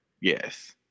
Yes